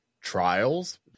trials